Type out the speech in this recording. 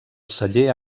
celler